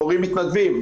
הורים מתנדבים,